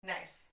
Nice